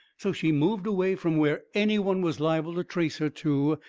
so she moved away from where any one was lible to trace her to,